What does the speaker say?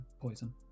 Poison